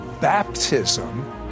baptism